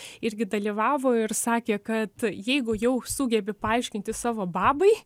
irgi dalyvavo ir sakė kad jeigu jau sugebi paaiškinti savo babai